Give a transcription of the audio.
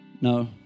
no